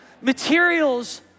Materials